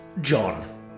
John